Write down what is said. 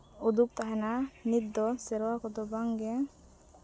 ᱩᱫᱩᱜᱽ ᱛᱟᱦᱮᱱᱟ ᱱᱤᱛ ᱫᱚ ᱥᱮᱨᱣᱟ ᱠᱚᱫᱚ ᱵᱟᱝ ᱜᱮ